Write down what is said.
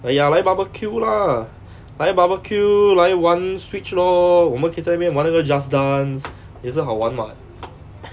!aiya! 来 barbecue lah 来 barbecue 来玩 switch lor 我们可以在那边玩那个 just dance 也是好玩 [what]